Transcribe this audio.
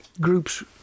groups